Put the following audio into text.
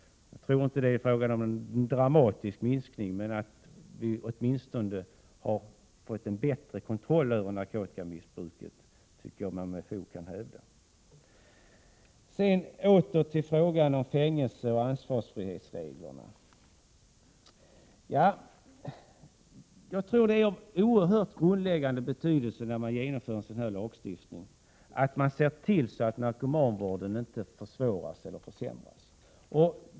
Jag tror inte att det är fråga om en dramatisk minskning, men att vi åtminstone har fått en bättre kontroll över narkotikamissbruket tycker jag att man med fog kan hävda. Sedan åter till frågorna om fängelse och ansvarsfrihetsreglerna. Jag tror att det är av grundläggande betydelse, när man lagstiftar på det här området, att man ser till att narkomanvården inte försvåras eller försämras.